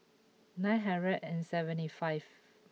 nine hundred and seventy five